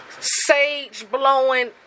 sage-blowing